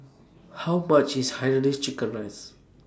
How much IS Hainanese Chicken Rice